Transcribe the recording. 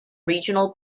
regional